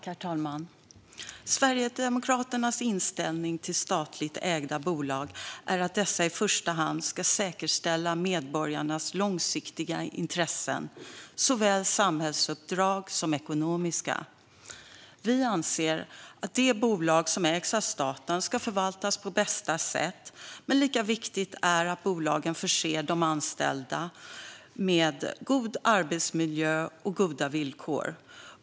Herr talman! Sverigedemokraternas inställning till statligt ägda bolag är att dessa i första hand ska säkerställa medborgarnas långsiktiga intressen, såväl när det gäller samhällsuppdrag som när det gäller ekonomiska intressen. Vi anser att de bolag som ägs av staten ska förvaltas på bästa sätt. Lika viktigt är det dock att bolagen förser de anställda med en god arbetsmiljö och goda villkor.